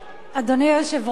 אדוני היושב-ראש,